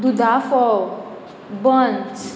दुदा फोव बंस